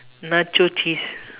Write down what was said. nacho cheese